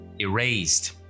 erased